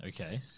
Okay